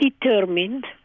determined